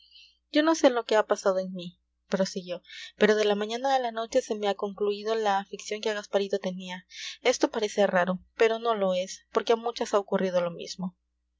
yo no sé lo que ha pasado en mí prosiguió pero de la mañana a la noche se me ha concluido la afición que a gasparito tenía esto parece raro pero no lo es porque a muchas ha ocurrido lo mismo